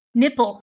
Nipple